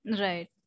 right